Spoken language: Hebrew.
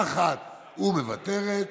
נוכחת ומוותרת,